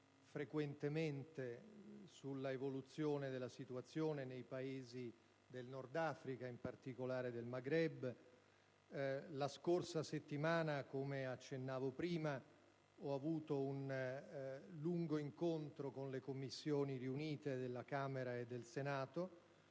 frequentemente sull'evoluzione della situazione nei Paesi del Nordafrica, in particolare del Maghreb. La scorsa settimana, come accennavo prima, ho avuto un lungo incontro con le Commissioni congiunte di Camera e Senato,